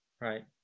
Right